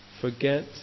forget